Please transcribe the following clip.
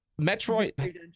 Metroid